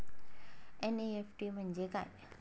NEFT म्हणजे काय?